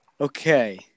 Okay